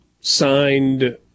signed